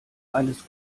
eines